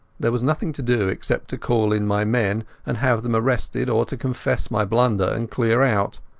there was nothing to do except to call in my men and have them arrested, or to confess my blunder and clear out.